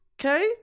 okay